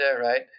right